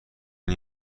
این